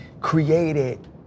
created